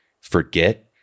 forget